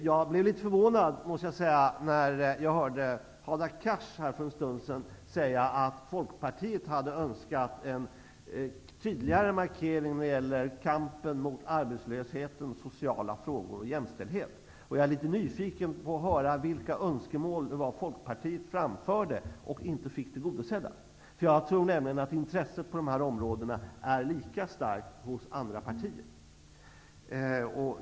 Jag måste säga att jag blev litet förvånad när jag hörde Hadar Cars säga här för en stund sedan att Folkpartiet hade önskat en tydligare markering när det gäller kampen mot arbetslösheten, sociala frågor och jämställdhet. Jag är litet nyfiken på att höra vilka önskemål som Folkpartiet framfört men inte fått tillgodosedda. Jag tror nämligen att intresset för dessa områden är lika starkt hos andra partier.